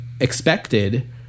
expected